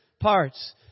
parts